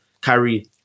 Kyrie